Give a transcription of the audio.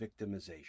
victimization